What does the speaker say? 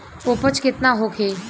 उपज केतना होखे?